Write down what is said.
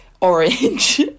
orange